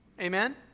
Amen